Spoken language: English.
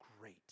great